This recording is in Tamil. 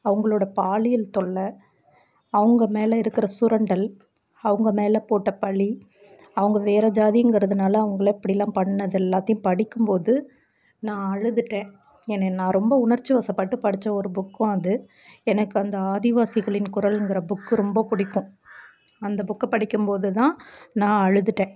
அவங்களோட பாலியல் தொல்லை அவங்க மேல் இருக்கிற சுரண்டல் அவங்க மேல் போட்ட பழி அவங்க வேற ஜாதிங்கிறதுனால் அவங்கள இப்படிலான் பண்ணது எல்லாத்தேயும் படிக்கும்போது நான் அழுதுவிட்டேன் என்ன நான் ரொம்ப உணர்ச்சிவசப்பட்டு படித்த ஒரு புக்கும் அது எனக்கு அந்த ஆதிவாசிகளின் குரலுங்கிற புக்கு ரொம்ப பிடிக்கும் அந்த புக்கை படிக்கும் போது தான் நான் அழுதுவிட்டேன்